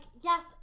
yes